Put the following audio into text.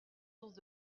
source